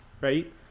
right